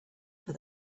for